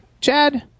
Chad